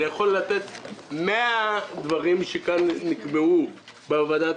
אני יכול להציג 100 דברים שנקבעו כאן בוועדת